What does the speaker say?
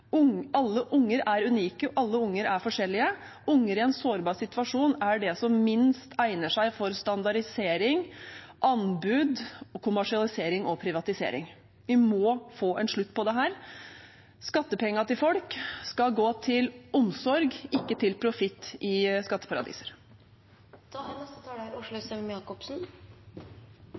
Alle barn er unike, alle barn er forskjellige, og barn i en sårbar situasjon er det som minst egner seg for standardisering, anbud, kommersialisering og privatisering. Vi må få en slutt på dette. Skattepengene til folk skal gå til omsorg, ikke til profitt i